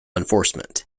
enforcement